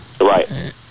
Right